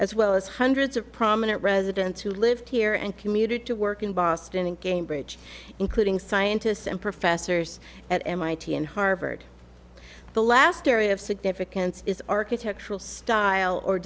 as well as hundreds of prominent residents who lived here and commuted to work in boston and cambridge including scientists and professors at mit and harvard the last area of significance is architectural style or